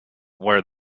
where